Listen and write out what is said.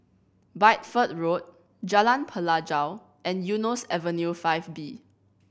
Bideford Road Jalan Pelajau and Eunos Avenue Five B